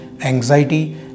anxiety